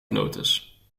lotus